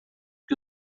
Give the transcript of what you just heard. que